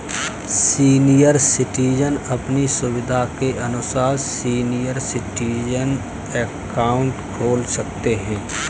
senior citizen अपनी सुविधा के अनुसार सीनियर सिटीजन अकाउंट खोल सकते है